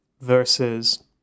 versus